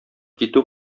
китү